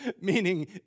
Meaning